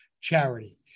charity